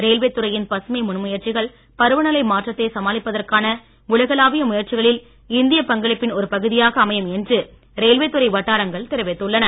railway துறையின் பசுமை முன்முயற்சிகள் பருவநிலை மாற்றத்தை சமாளிப்பதற்கான உலகளாவிய முயற்சிகளில் இந்தியப் பங்களிப்பின் ஒரு பகுதியாக அமையும் என்று ரயில்வே துறை வட்டாரங்கள் தெரிவித்துள்ளன